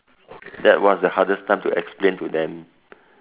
that was the hardest time to explain to them